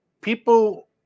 people